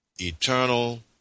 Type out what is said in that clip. eternal